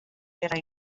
era